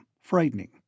frightening